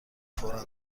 فورا